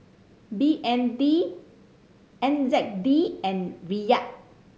B N D N Z D and Riyal